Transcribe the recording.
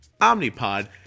Omnipod